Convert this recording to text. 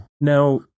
Now